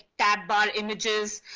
tab bar images,